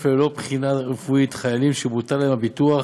ללא בחינה רפואית חיילים שבוטל להם הביטוח